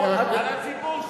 על הציבור שלך.